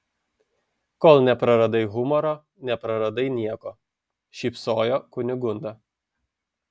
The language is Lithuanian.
kol nepraradai humoro nepraradai nieko šypsojo kunigunda